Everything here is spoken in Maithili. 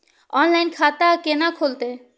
ऑनलाइन खाता केना खुलते?